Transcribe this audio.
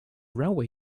railway